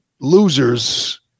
losers